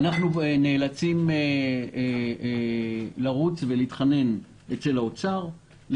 אנחנו נאלצים לרוץ ולהתחנן אצל האוצר כדי